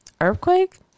earthquake